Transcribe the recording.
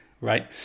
right